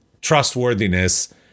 trustworthiness